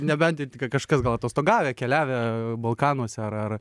nebent tik kažkas gal atostogavę keliavę balkanuose ar